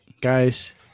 Guys